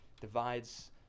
divides